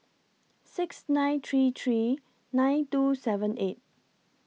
six nine three three nine two seven eight